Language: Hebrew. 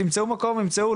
יימצאו מקום יימצאו,